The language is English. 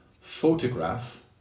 photograph